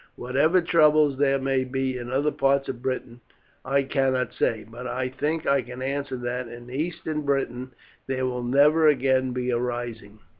whatever troubles there may be in other parts of britain i cannot say, but i think i can answer that in eastern britain there will never again be a rising.